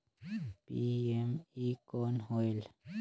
PME कौन होयल?